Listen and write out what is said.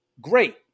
Great